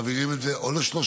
מעבירים את זה או לשלושה